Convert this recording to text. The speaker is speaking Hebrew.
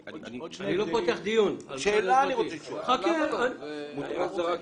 אני רוצה לשאול שאלה, מותר לי.